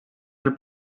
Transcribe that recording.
del